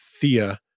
Thea